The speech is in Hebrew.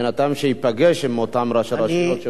שייפגש עם אותם ראשי רשויות שבהן,